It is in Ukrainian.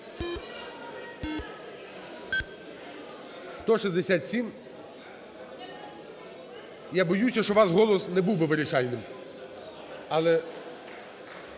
залі) Я боюся, що ваш голос не був би вирішальним. Але…